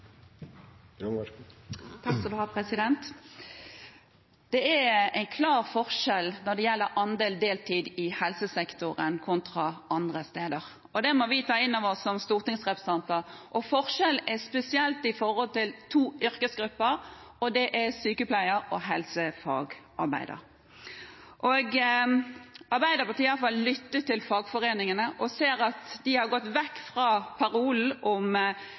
en klar forskjell når det gjelder andel deltid i helsesektoren kontra andre steder. Det må vi ta innover oss som stortingsrepresentanter. Forskjellen er spesielt med tanke på to yrkesgrupper: sykepleiere og helsefagarbeidere. Arbeiderpartiet har iallfall lyttet til fagforeningene og ser at de har gått vekk fra parolen om